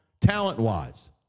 talent-wise